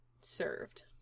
served